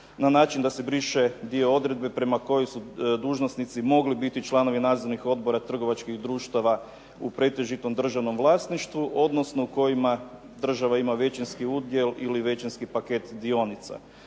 na način da se briše dio odredbe prema kojima su dužnosnici mogli biti članovi nadzornih odbora trgovačkih društava u pretežitom državnom vlasništvu odnosno u kojima država ima većinski udjel ili većinski paket dionica.